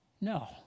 No